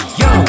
yo